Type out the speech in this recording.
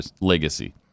legacy